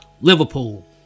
Liverpool